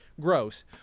gross